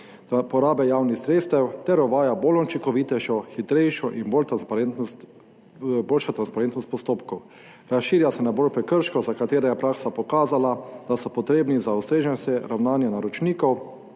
porabe javnih sredstev ter uvaja bolj učinkovitejšo, hitrejšo in boljšo transparentnost postopkov. Razširja se nabor prekrškov, za katere je praksa pokazala, da so potrebni za ustreznejše ravnanje naročnikov